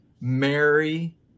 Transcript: Mary